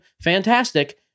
Fantastic